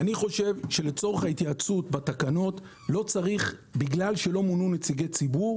אני חושב שלצורך ההתייעצות בתקנות לא צריך בגלל שלא מונו נציגי ציבור